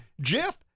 Jeff